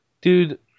dude